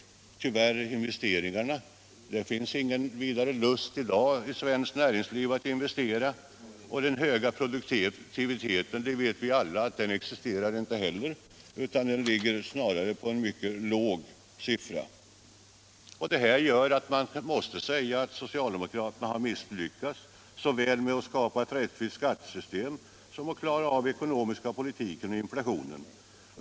Om den kan sägas att det tyvärr inte finns någon vidare lust i dag i svenskt näringsliv att investera. Den höga produktiviteten existerar inte heller, det vet vi alla, utan produktiviteten ligger snarare på en mycket låg siffra. Detta gör att man måste säga att socialdemokraterna misslyckats såväl med att skapa ett rättvist skattesystem som med att klara av den ekonomiska politiken och inflationen.